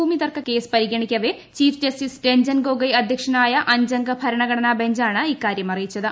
ഭൂമിതർക്കം സംബന്ധിച്ച കേസ് പരിഗണിക്കവെ chief justice Ranjan Gogoi അധ്യക്ഷനായ അഞ്ചംഗ ഭരണഘടനാ ബഞ്ചാണ് ഇക്കാര്യം അറിയിച്ചത്